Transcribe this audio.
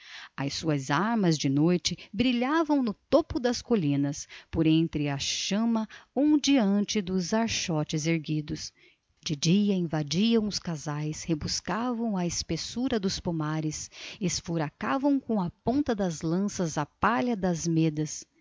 as suas armas de noite brilhavam no topo das colinas por entre a chama ondeante dos archotes erguidos de dia invadiam os casais rebuscavam a espessura dos pomares esfuracavam com a ponta das lanças a palha das medas